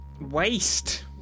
waste